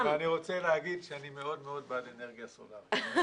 אני רוצה לומר שאני מאוד מאוד בעד אנרגיה סולרית.